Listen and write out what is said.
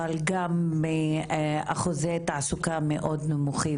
אבל גם מאחוזי תעסוקה מאוד נמוכים.